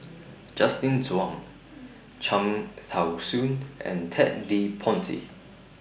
Justin Zhuang Cham Tao Soon and Ted De Ponti